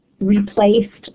replaced